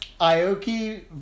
Aoki